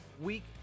week